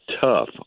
tough